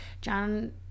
John